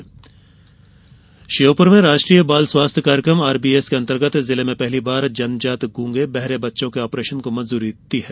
RBS Sheopur में राष्ट्रीय बाल स्वास्थ्य कार्यक्रम आरबीएस के अंतर्गत जिले में पहली बार जन्मजात गूंगे बहरे बच्चों के ऑपरेशन को मंजूरी दी है